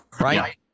Right